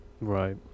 Right